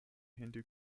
hindu